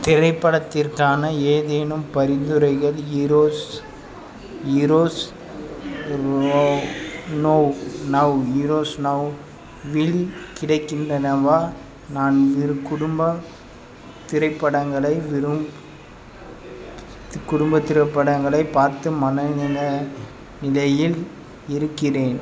திரைப்படத்திற்கான ஏதேனும் பரிந்துரைகள் Eros Eros now now now Eros நவ்வில் கிடைக்கின்றனவா நான் இரு குடும்ப திரைப்படங்களை விரும் குடும்ப திரைப்படங்களை பார்த்து மனநில நிலையில் இருக்கிறேன்